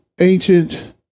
ancient